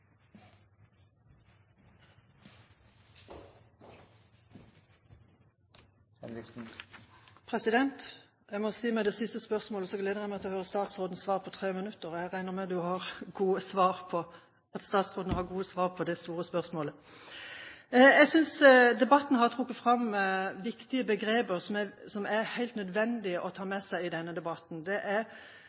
Jeg må si at når det gjelder det siste spørsmålet, gleder jeg meg til å høre statsrådens svar på tre minutter. Jeg regner med at statsråden har gode svar på det store spørsmålet. Jeg synes det er trukket fram viktige begreper som det er helt nødvendig å ta med seg i denne debatten.